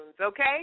okay